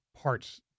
parts